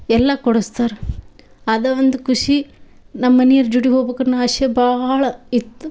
ಎಲ್ಲ ಕೊಡಸ್ತಾರೆ ಅದೇ ಒಂದು ಖುಷಿ ನಮ್ಮ ಮನಿಯವ್ರ್ ಜೋಡಿ ಹೋಗ್ಬೇಕ್ ಅನ್ನೊ ಆಸೆ ಬಹಳ ಇತ್ತು